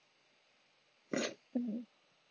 mm